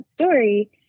story